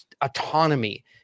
autonomy